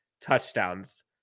touchdowns